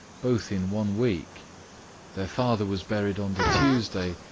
both in one week their father was buried on the tuesday,